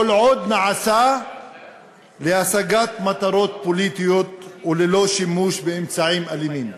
כל עוד הוא נעשה להשגת מטרות פוליטיות וללא שימוש באמצעים אלימים.